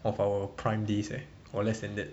of our prime days eh or less than that